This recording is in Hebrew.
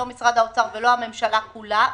לא משרד האוצר ולא הממשלה כולה,